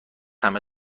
همه